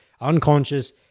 unconscious